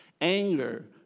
Anger